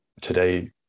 today